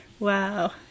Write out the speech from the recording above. Wow